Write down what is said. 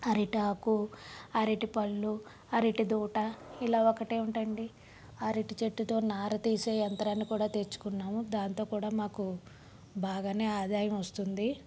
అరిటాకు అరిటి పళ్ళు అరిటి దూట ఇలా ఒకటి ఏమిటండీ అరిటి చెట్టుతో నార తీసే యంత్రాన్ని కూడా తెచుకున్నాము దానితో కూడా మాకు బాగానే ఆదాయం వస్తుంది